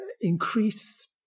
increase